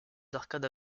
arcades